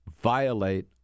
violate